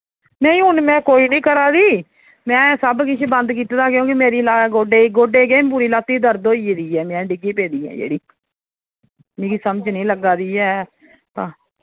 नेईं हून मैं कोई नी करै दी मैं सब किश बंद कीते दा क्योंकि मेरी गोड्डे की केह् मेरी पूरी लत्त गी दर्द होई गेदी ऐ मैं डिग्गी पेदी ऐ जेह्डी मिगी समझ नी लग्गै दी ऐ तां